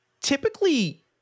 Typically